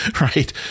right